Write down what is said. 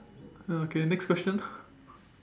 ya okay next question